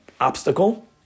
obstacle